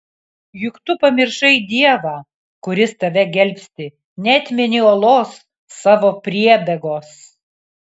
juk tu pamiršai dievą kuris tave gelbsti neatmeni uolos savo priebėgos